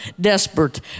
desperate